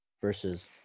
versus